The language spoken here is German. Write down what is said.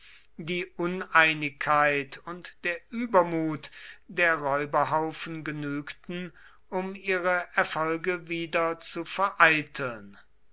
die uneinigkeit und der übermut der räuberhaufen genügten um ihre erfolge wieder zu vereiteln